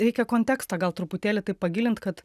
reikia kontekstą gal truputėlį pagilint kad